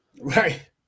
Right